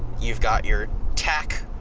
you've got your tach,